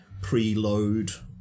preload